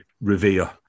revere